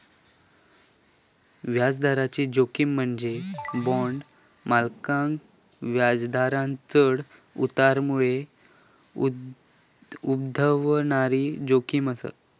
व्याजदराची जोखीम म्हणजे बॉण्ड मालकांका व्याजदरांत चढ उतारामुळे उद्भवणारी जोखीम असा